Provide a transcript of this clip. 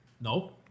No